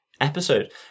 episode